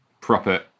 proper